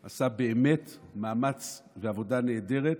הוא עשה באמת מאמץ ועבודה נהדרת